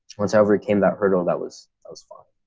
once i overcame that hurdle that was i was fine.